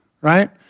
right